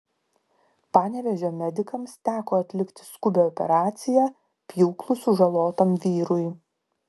panevėžio medikams teko atlikti skubią operaciją pjūklu sužalotam vyrui